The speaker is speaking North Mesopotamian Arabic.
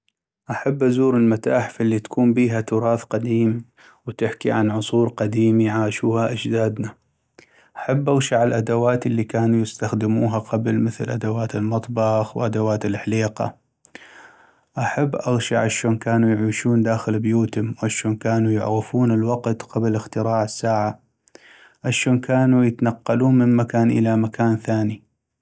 احب ازور المتاحف الي تكون بيها تراث قديم وتحكي عن عصور قديمي عاشوها اجدادنا ، احب اغشع الادوات اللي كانوا يستخدموها قبل ، مثل ادوات المطبخ وادوات الحليقا ، احب اغشع اشون كانوا يعيشون داخل بيوتم ، واشون كانوا يعغفون الوقت قبل اختراع الساعة ، اشون كانوا يتنقلون من مكان إلى مكان ثاني.